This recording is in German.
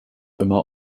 immer